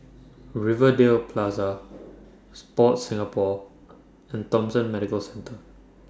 Rivervale Plaza Sport Singapore and Thomson Medical Centre